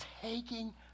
taking